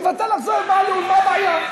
שיוותר לך זוהיר בהלול, מה הבעיה?